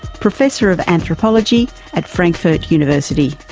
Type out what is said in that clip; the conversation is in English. professor of anthropology at frankfurt university